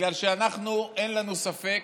בגלל שאנחנו, אין לנו ספק